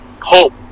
hope